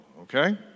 okay